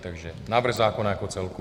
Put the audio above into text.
Takže návrh zákona jako celku.